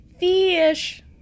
fish